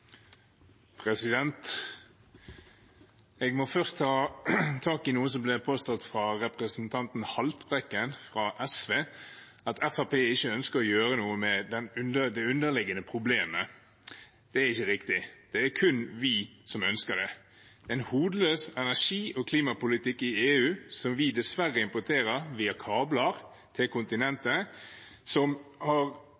Jeg må først ta tak i noe som ble påstått av representanten Haltbrekken fra SV, at Fremskrittspartiet ikke ønsker å gjøre noe med det underliggende problemet. Det er ikke riktig, det er kun vi som ønsker det. En hodeløs energi- og klimapolitikk i EU – som vi dessverre importerer via kabler